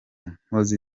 nkozi